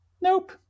Nope